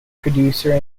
producer